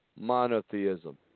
Monotheism